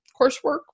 coursework